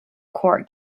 court